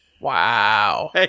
Wow